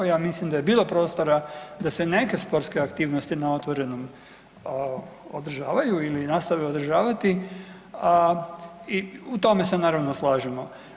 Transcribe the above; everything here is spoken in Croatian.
Ja mislim da je bilo prostora da se neke sportske aktivnosti na otvorenom održavaju ili nastave održavati i u tome se naravno slažemo.